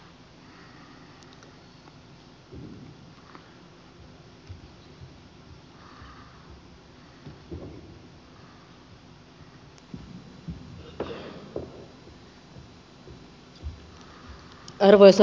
arvoisa puhemies